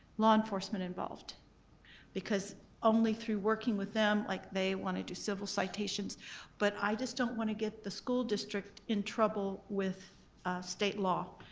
law enforcement because only through working with them, like they wanna do civil citations but i just don't wanna get the school district in trouble with state law.